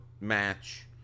match